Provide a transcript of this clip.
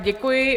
Děkuji.